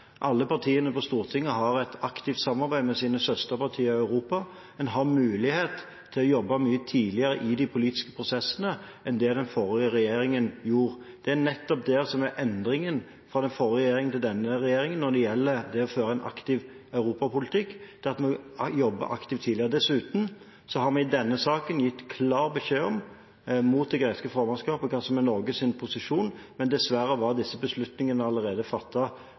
Alle partiene på Stortinget har et aktivt samarbeid med sine søsterpartier i Europa. En har mulighet til å jobbe mye tidligere i de politiske prosessene enn det den forrige regjeringen gjorde. Det er nettopp det at vi jobber aktivt tidligere, som er endringen fra den forrige regjeringen til denne regjeringen når det gjelder å føre en aktiv europapolitikk. Dessuten har vi i denne saken gitt klar beskjed til det greske formannskapet om hva som er Norges posisjon, men dessverre var disse beslutningene i realiteten allerede